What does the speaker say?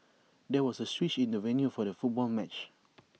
there was A switch in the venue for the football match